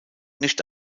nicht